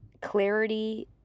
clarity